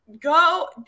go